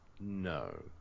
No